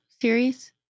series